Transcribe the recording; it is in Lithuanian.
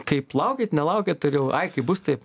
kaip laukiat nelaukiat ar jau ai kaip bus taip